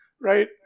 right